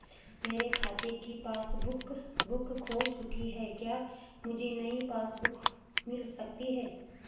मेरे खाते की पासबुक बुक खो चुकी है क्या मुझे नयी पासबुक बुक मिल सकती है?